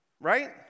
Right